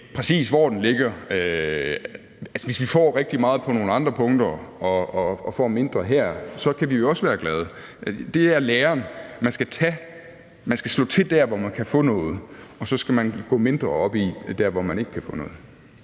jeg ikke sige. Hvis vi får rigtig meget på nogle andre punkter og får mindre her, kan vi også være glade. Det er læren: Man skal slå til der, hvor man kan få noget, og så skal man gå mindre op i det der, hvor man ikke kan få noget.